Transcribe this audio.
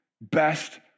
best